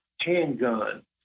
handgun